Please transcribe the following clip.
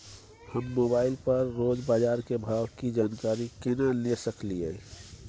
हम मोबाइल पर रोज बाजार के भाव की जानकारी केना ले सकलियै?